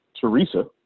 Teresa